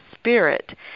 spirit